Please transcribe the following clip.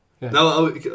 No